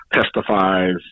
testifies